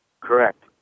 Correct